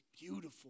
beautiful